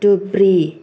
Dhubri